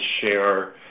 share